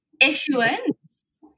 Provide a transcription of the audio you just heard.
issuance